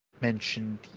mentioned